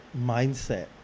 Mindset